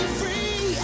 free